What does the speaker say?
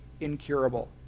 incurable